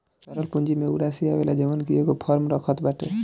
तरल पूंजी में उ राशी आवेला जवन की एगो फर्म रखत बाटे